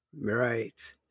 Right